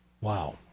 Wow